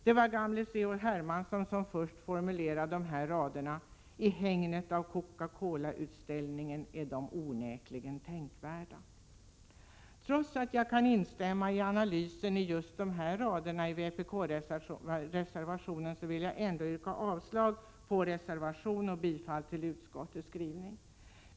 Det var den gamle C.-H. Hermansson som först formulerade de här raderna. I hägnet av Coca Cola-utställningen är de onekligen tänkvärda. Trots att jag kan instämma i analysen i just dessa rader ur vpkreservationen vill jag yrka avslag på reservation nr 7 och bifall till utskottets hemställan.